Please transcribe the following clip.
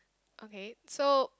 okay so